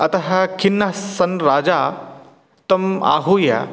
अतः खिन्नः सन् राजा तम् आहूय